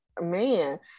man